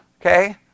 Okay